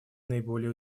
наиболее